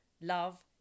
love